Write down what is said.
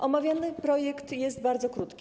Omawiany projekt jest bardzo krótki.